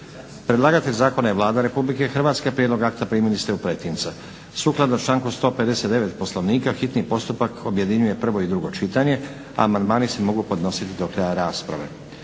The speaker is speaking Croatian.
Predlagatelj zakona je Vlada Republike Hrvatske. Prijedlog akta primili ste u pretince. Sukladno članku 159. Poslovnika hitni postupak objedinjuje prvo i drugo čitanje. Amandmani se mogu podnositi do kraja rasprave.